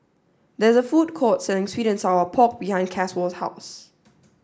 there is a food court selling Sweet and Sour Pork behind Caswell's house